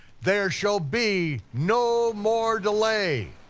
there shall be no more delay!